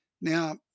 Now